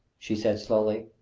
she said slowly,